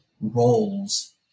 roles